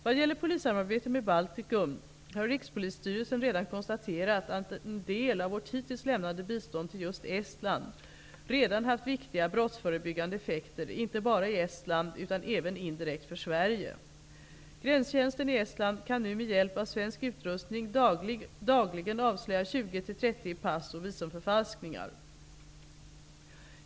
Vad gäller polissamarbetet med Baltikum har Rikspolisstyrelsen redan konstaterat, att en del av vårt hittills lämnade bistånd till just Estland redan haft viktiga brottsförebyggande effekter inte bara i Estland, utan även indirekt för Sverige. Gränstjänsten i Estland kan nu med hjälp av svensk utrustning dagligen avslöja 20--30 pass och visumförfalskningar.